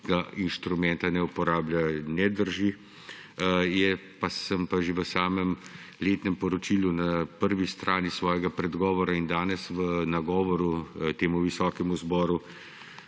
inštrumenta ne uporablja, ne drži. Sem pa že v samem letnem poročilu na prvi strani svojega predgovora in danes v nagovoru temu visokemu zboru